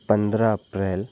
पंद्रह अप्रैल